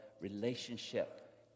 relationship